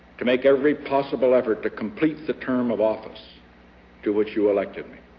to make every possible effort to complete the term of office to which you elected me.